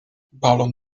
balon